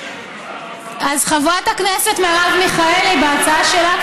אז חברת הכנסת מרב מיכאלי בהצעת החוק שלה,